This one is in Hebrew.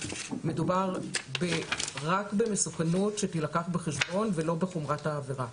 מדובר רק במסוכנות שתילקח בחשבון ולא בחומרת העבירה.